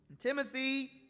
Timothy